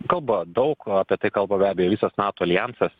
kalba daug apie tai kalba be abejo visas nato aljans